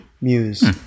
Muse